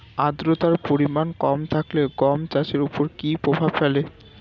আদ্রতার পরিমাণ কম থাকলে গম চাষের ওপর কী প্রভাব ফেলে?